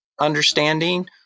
understanding